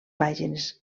pàgines